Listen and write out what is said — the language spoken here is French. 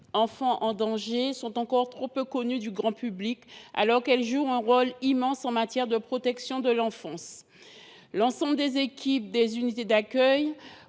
enfants en danger (Uaped) sont encore trop peu connues du grand public, alors qu’elles jouent un rôle immense en matière de protection de l’enfance. Les équipes de ces unités d’accueil